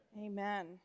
Amen